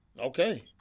Okay